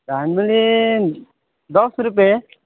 झालमुरी दस रुपियाँ